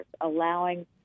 allowing